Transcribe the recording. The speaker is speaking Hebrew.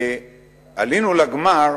עלינו לגמר,